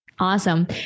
Awesome